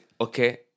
Okay